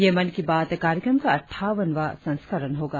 यह मन की बात कार्यक्रम का अट्ठावनवां संस्करण होगा